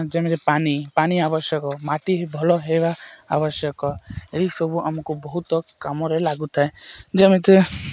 ଯେମିତି ପାନି ପାନି ଆବଶ୍ୟକ ମାଟି ଭଲ ହେବା ଆବଶ୍ୟକ ଏହିସବୁ ଆମକୁ ବହୁତ କାମରେ ଲାଗୁଥାଏ ଯେମିତି